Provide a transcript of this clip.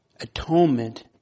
atonement